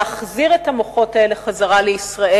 להחזיר את המוחות האלה לישראל.